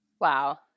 Wow